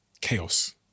chaos